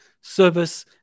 service